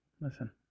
listen